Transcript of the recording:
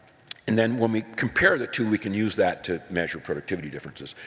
and then when we compare the two, we can use that to measure productivity differences.